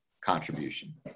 contribution